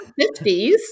50s